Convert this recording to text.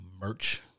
merch